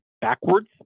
backwards